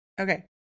okay